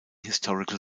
historical